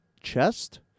chest